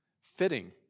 fitting